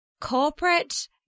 corporate